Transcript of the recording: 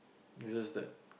it's just that